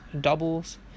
doubles